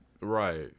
Right